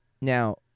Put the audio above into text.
now